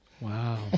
wow